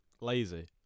Lazy